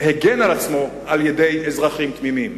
והגן על עצמו על-ידי אזרחים תמימים.